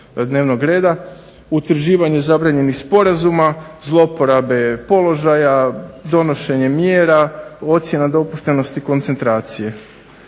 utrživanje zabranjenih sporazuma, zloporabe položaja, donošenje mjera, ocjena dopuštenosti koncentracije,